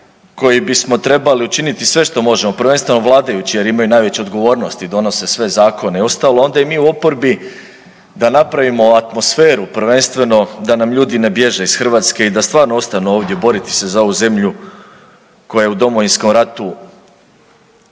koji bismo trebali učiniti sve što možemo, prvenstveno vladajući jer imaju najveću odgovornost i donose sve zakone i ostalo, a onda i mi u oporbi da napravimo atmosferu prvenstveno da nam ljudi ne bježe iz Hrvatske i da stvarno ostanu ovdje boriti se za ovu zemlju koja je u Domovinskom ratu